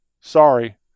Sorry